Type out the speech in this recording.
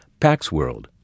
PaxWorld